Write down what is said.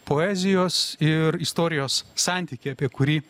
poezijos ir istorijos santykį apie kurį